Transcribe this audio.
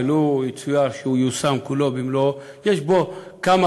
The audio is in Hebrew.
ולו יצויר שהוא ייושם כולו במלואו יש בו כמה